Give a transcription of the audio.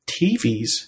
TVs